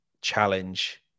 challenge